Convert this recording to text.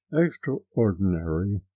extraordinary